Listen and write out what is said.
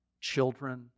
children